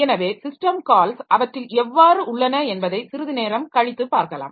எனவே system calls அவற்றில் எவ்வாறு உள்ளன என்பதை சிறிது நேரம் கழித்து பார்க்கலாம்